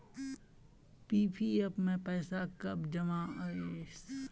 PPF में पैसा जमा कब करबो ते ताकि कतेक ब्याज ज्यादा मिलबे?